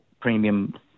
premium